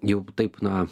jau taip na